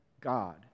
God